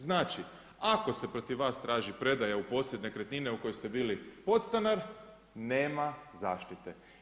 Znači, ako se protiv vas traži predaja u posjed nekretnine u kojoj ste bili podstanar nema zaštite.